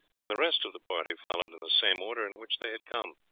and the rest of the party followed in the same order in which they had come.